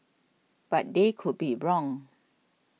but they could be wrong